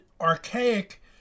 archaic